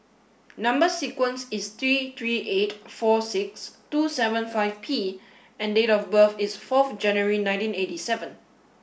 number sequence is T three eight four six two seven five P and date of birth is forth January nineteen eighty seven